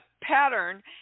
pattern